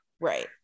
right